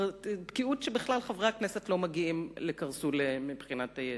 בקיאות שבכלל חברי הכנסת לא מגיעים לקרסוליהם מבחינת הידע.